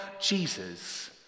Jesus